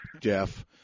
Jeff